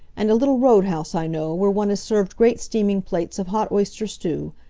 and a little road-house i know, where one is served great steaming plates of hot oyster stew.